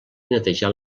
netejar